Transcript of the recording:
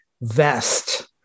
vest